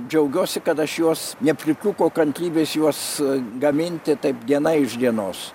džiaugiuosi kad aš jos nepritrūko kantrybės juos gaminti taip diena iš dienos